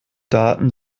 daten